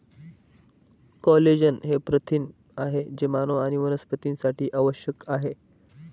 collagen हे प्रथिन आहे जे मानव आणि वनस्पतींसाठी आवश्यक आहे